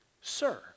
sir